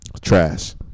trash